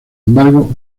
embargo